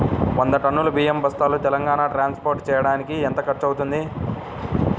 వంద టన్నులు బియ్యం బస్తాలు తెలంగాణ ట్రాస్పోర్ట్ చేయటానికి కి ఎంత ఖర్చు అవుతుంది?